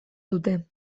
dute